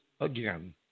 Again